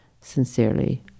Sincerely